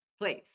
Please